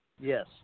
Yes